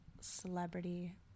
celebrity